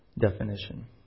definition